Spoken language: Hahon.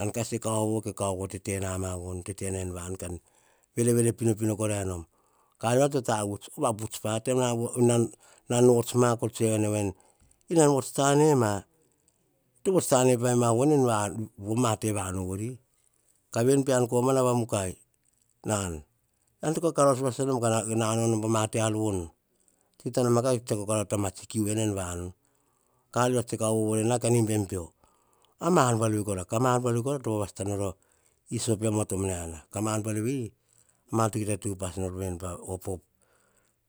An kas e kaovo, ko tete ma voni, tete na en vanu. Kon verevere pinopino karai nom. Ka ar mia to tavuts, vaputs pa, taim nan vots ma, ko tsoe ene, eni nan vots tane ma, vots tone pai ma pa ma te vanu vori, ka veni pean komana va mukai. Ean to kaka raus vasasa nom, ka nanao non pa ma te ar von. Kita noma ka tsiako karara ta ma tsi kiu veni vanu. Ka ar mia, tse kaovo vovorena kan imbem pio. Ka ma ar buar veri, ka ma ar buar veri to vava sata na iso pean tom naiana. Ka ma ar buar veri, to kita te upas na, pa. Opop